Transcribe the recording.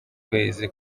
kwezi